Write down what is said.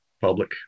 public